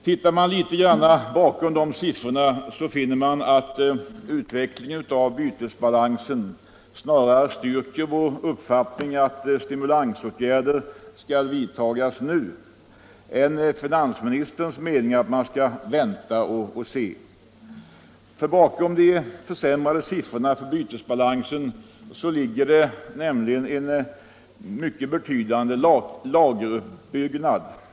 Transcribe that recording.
Tittar man bakom siffrorna finner man att utvecklingen av bytesbalansen snarare styrker vår uppfattning att stimulansåtgärder skall vidtas nu än finansministerns mening att man skall vänta och se. Bakom de försämrade siffrorna för bytesbalansen ligger nämligen bl.a. en betydande lageruppbyggnad.